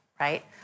right